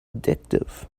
addictive